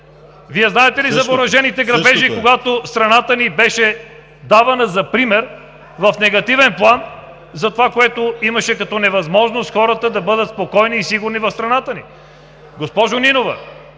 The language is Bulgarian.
Вие знаете ли за въоръжените грабежи, когато страната ни беше давана за пример в негативен план за това, което имаше като невъзможност хората да бъдат спокойни и сигурни в страната ни? Госпожо Нинова,